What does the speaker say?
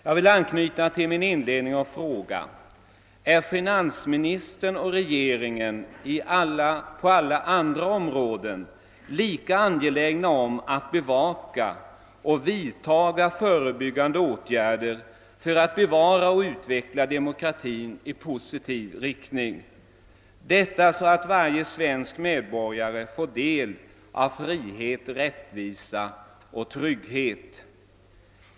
Jag vill anknyta till min inledning och fråga: Är finansministern och regeringen på alla andra områden lika angelägna om att bevaka och vidta före byggande åtgärder för att bevara och utveckla demokratin i positiv riktning, så att varje svensk medborgare får del av frihet, rättvisa och trygghet?